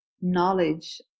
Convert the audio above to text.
knowledge